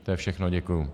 To je všechno, děkuju.